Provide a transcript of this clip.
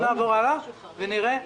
נעבור הלאה ונראה.